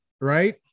right